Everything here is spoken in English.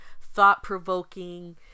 thought-provoking